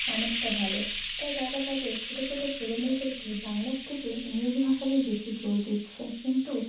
অনেকটা ভালো তাই তারা তাদের ছোটো ছোটো ছেলে মেয়েদেরকে বাংলার থেকে ইংরেজি ভাষাতে বেশি জোর দিচ্ছে কিন্তু